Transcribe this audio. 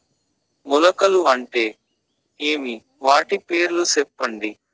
మొలకలు అంటే ఏమి? వాటి పేర్లు సెప్పండి?